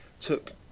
Took